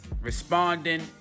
responding